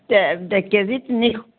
KG তিনিশ